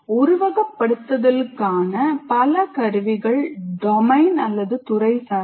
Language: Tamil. உருவகப்படுத்துதலுக்கான பல கருவிகள் டொமைன்துறை சார்ந்தவை